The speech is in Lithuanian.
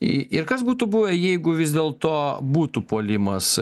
ir kas būtų buvę jeigu vis dėlto būtų puolimas